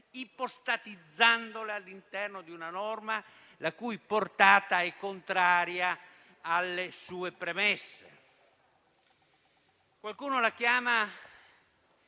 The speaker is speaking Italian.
ipostatizzandole all'interno di una norma la cui portata è contraria alle sue premesse. Qualcuno la chiama